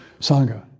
Sangha